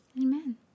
Amen